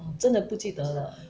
真的不记得了